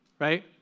Right